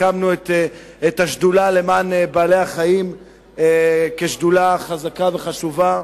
הקמנו את השדולה למען בעלי-החיים כשדולה חזקה וחשובה.